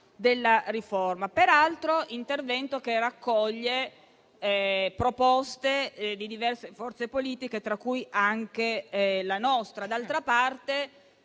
della riforma. Peraltro, l'intervento raccoglie proposte di diverse forze politiche, tra cui anche la nostra. D'altra parte,